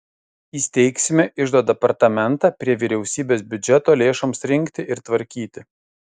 įsteigsime iždo departamentą prie vyriausybės biudžeto lėšoms rinkti ir tvarkyti